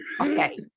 okay